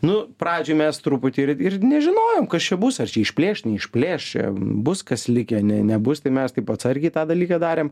nu pradžioj mes truputį ir ir nežinojom kas čia bus ar čia išplėš neišplėš čia bus kas likę ne nebus tai mes taip atsargiai tą dalyką darėm